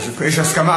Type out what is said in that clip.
אז יש הסכמה,